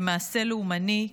כמעשה לאומני,